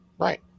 Right